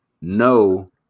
No